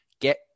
get